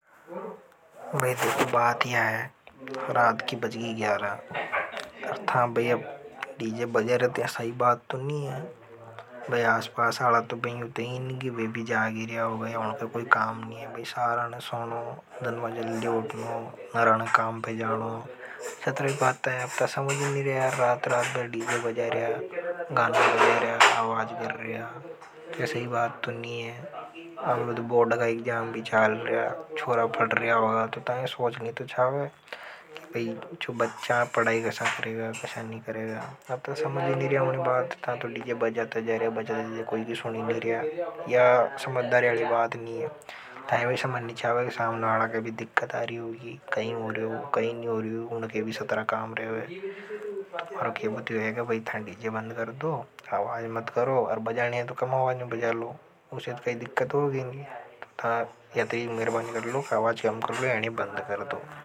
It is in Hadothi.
भई देखो बात यहाँ है, रात की बज़गी ग्यारह, था भाई अब डीजे बजा रिया तो यह सही बात तो नहीं है, भाई आसपास आला तो बेंयूते ही नहीं गिवे भी जागी रहे हो गए, उनके कोई काम नहीं है, भाई सारान सोनो, दनवाजलादी ओटनो, नरान काम पे जानो। जात्री भी बात तो, अब ता समझ नहीं रहा, रात रात भर डिजे बजा रहा, गान बजा रहा, आवाज गर रहा, सही बात तो नहीं है। आप लोग बोर्ड का एकजाम भी चाल रहा, छोरा फड रहा होगा, तो ताहें सोचने तो चाहो है, कई चु बच्चा पढ़ाई कैसा कर। समझी निर्या वन बात है। यह समद्धारी आलिबाद नहीं है, था यह वैसा समझनी चाहिए कि सामन वाला के भी दिक्कतारी होगी, कहीं ओरे हो, कहीं निओरी हो, उनके भी सत्रा काम रहे हो। करें वह अरोग यह मुद्दु। और क्या बताया है कि भाई थांड डीजे बंद कर दो। आ वाज मत करो और बजाने ये तो कम होगा न बजा लो। उसे तो काई दिक्कत हो गई न।